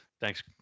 Thanks